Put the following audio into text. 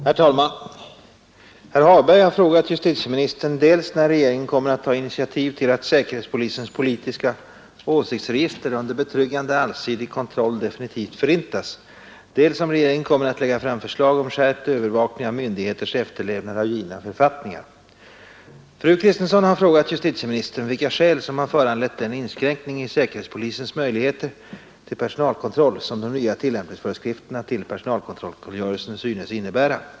Herr talman! Herr Hagberg har frågat justitieministern dels när regeringen kommer att ta initiativ till att säkerhetspolisens politiska åsiktsregister under betryggande allsidig kontroll definitivt förintas, dels om regeringen kommer att lägga fram förslag om skärpt övervakning av myndigheters efterlevnad av givna förfåttningar. Fru Kristensson har frågat justitieministern vilka skäl som har föranlett den inskränkning i säkerhetspolisens möjligheter till personalkontroll som de nya tillämpningsföreskrifterna till personalkontrollkungörelsen synes innebära.